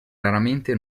raramente